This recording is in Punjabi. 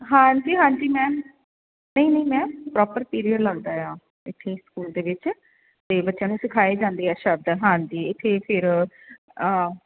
ਹਾਂਜੀ ਹਾਂਜੀ ਮੈਮ ਨਹੀਂ ਨਹੀਂ ਮੈਮ ਪ੍ਰੋਪਰ ਪੀਰੀਅਡ ਲੱਗਦਾ ਆ ਇੱਥੇ ਸਕੂਲ ਦੇ ਵਿੱਚ ਅਤੇ ਬੱਚਿਆਂ ਨੂੰ ਸਿਖਾਏ ਜਾਂਦੇ ਆ ਸ਼ਬਦ ਹਾਂਜੀ ਇੱਥੇ ਫਿਰ